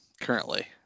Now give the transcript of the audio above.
currently